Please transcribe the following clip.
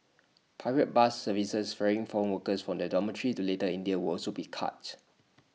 private bus services ferrying foreign workers from their dormitories to little India will also be cut